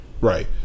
Right